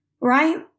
right